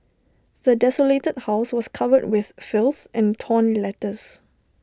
the desolated house was covered with filth and torn letters